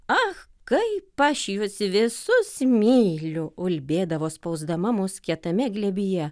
ach kaip aš jus visus myliu ulbėdavo spausdama mus kietame glėbyje